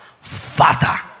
Father